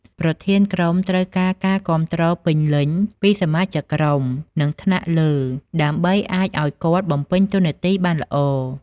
ប្រធានក្រុមត្រូវការការគាំទ្រពេញលេញពីសមាជិកក្រុម និងថ្នាក់លើ ដើម្បីអាចឱ្យគាត់បំពេញតួនាទីបានល្អ។